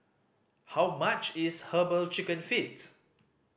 how much is Herbal Chicken Feet